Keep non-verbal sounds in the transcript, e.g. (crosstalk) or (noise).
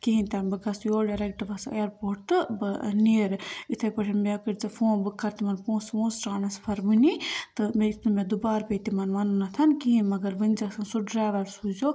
کِہیٖنۍ تہِ نہٕ بہٕ گژھہٕ یور ڈایریٚکٹہٕ بَس اِیرپورٹ تہٕ بہٕ نیرٕ یِتھٔے پٲٹھۍ مےٚ کٔرۍ زِ فون بہٕ کَرٕ تِمَن پونٛسہٕ وونٛسہٕ ٹرٛانسفر وُنی تہٕ مےٚ یُتھ نہٕ مےٚ دُبارٕ پیٚیہِ تِمَن وَنُن کِہیٖنۍ مگر (unintelligible) سُہ ڈرٛایوَر سوٗزیٛو